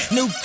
New